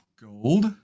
Gold